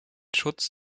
schutz